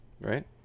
Right